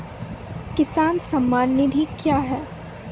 किसान सम्मान निधि क्या हैं?